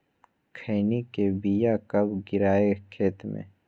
खैनी के बिया कब गिराइये खेत मे?